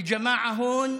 והחבר'ה פה